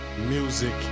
Music